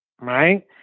right